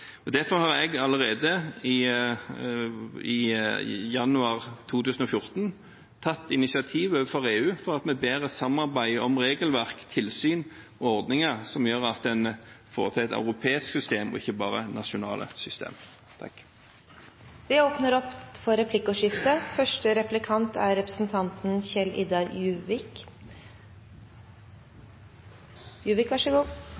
Derfor tok jeg allerede i januar 2014 initiativ overfor EU for å bedre samarbeidet om regelverk, tilsyn og ordninger, slik at en får til et europeisk system, og ikke bare nasjonale